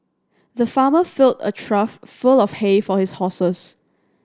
the farmer filled a trough full of hay for his horses